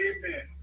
Amen